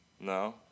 No